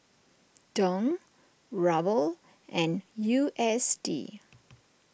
Dong Ruble and U S D